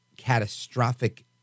catastrophic